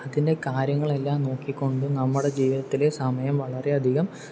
അതിൻ്റെ കാര്യങ്ങൾ എല്ലാം നോക്കികൊണ്ട് നമ്മുടെ ജീവിതത്തിലെ സമയം വളരെ അധികം